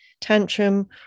tantrum